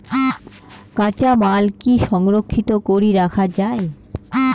কাঁচামাল কি সংরক্ষিত করি রাখা যায়?